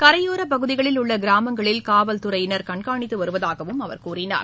கரையோரப் பகுதிகளில் உள்ள கிராமங்களில் காவல்துறையினர் கண்காணித்து வருவதாக அவர் கூறினார்